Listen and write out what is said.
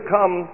come